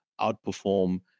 outperform